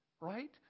right